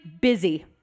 busy